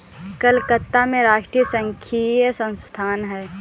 कलकत्ता में राष्ट्रीय सांख्यिकी संस्थान है